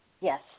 Yes